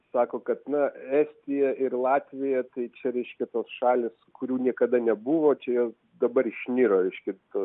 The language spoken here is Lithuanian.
sako kad na estija ir latvijoje tai čia reiškia tos šalys kurių niekada nebuvo čia jos dabar išniro reiškia to